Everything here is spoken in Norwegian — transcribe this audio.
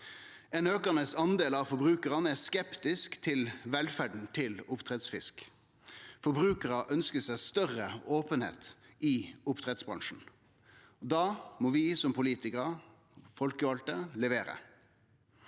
Ein aukande del av forbrukarane er skeptiske til velferda til oppdrettsfisk. Forbrukarar ønskjer større openheit i oppdrettsbransjen. Da må vi som politikarar og folkevalde levere.